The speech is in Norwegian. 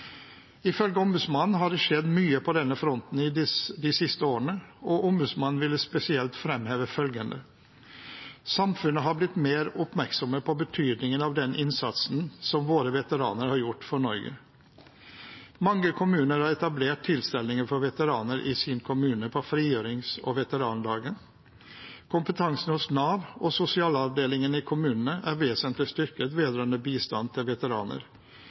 Ifølge Ombudsmannen har det skjedd mye på denne fronten de siste årene, og Ombudsmannen ville spesielt fremheve følgende: Samfunnet har blitt mer oppmerksom på betydningen av den innsatsen som våre veteraner har gjort for Norge. Mange kommuner har etablert tilstelninger for veteraner i sin kommune på frigjørings- og veterandagen. Kompetansen hos Nav og sosialavdelingen i kommunene er vesentlig styrket vedrørende bistand til veteraner.